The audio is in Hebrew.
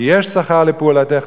כי יש שכר לפעלתך,